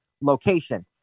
location